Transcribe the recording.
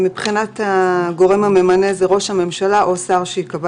מבחינת הגורם הממנה זה ראש הממשלה או שר שייקבע